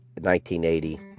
1980